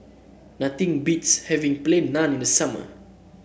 nothing beats having Plain Naan in the summer